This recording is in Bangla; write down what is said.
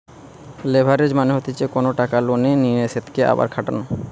লেভারেজ মানে হতিছে কোনো টাকা লোনে নিয়ে সেতকে আবার খাটানো